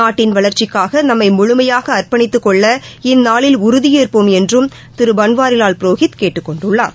நாட்டின் வளா்ச்சிக்காகநம்மமுழுமையாகஅா்ப்பணித்துக் கொள்ள இந்நாளில் உறுதியேற்போம் என்றும் திருபன்வாரிலால் புரோஹித் கேட்டுக் கொண்டுள்ளார்